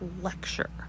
lecture